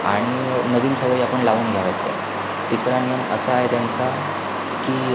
आणि नवीन सवयी आपण लावून घ्याव्यात त्या तिसरा नियम असा आहे त्यांचा की